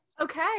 Okay